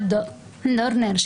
אני חוזרת על מה שגם נאמר בדוח דורנר,